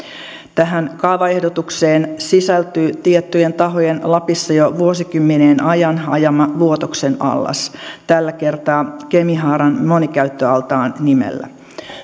tähän kaavaehdotukseen sisältyy tiettyjen tahojen lapissa jo vuosikymmenien ajan ajama vuotoksen allas tällä kertaa kemihaaran monikäyttöaltaan nimellä